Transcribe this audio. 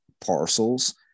parcels